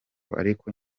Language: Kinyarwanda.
ariko